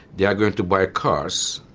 they are going to buy cars,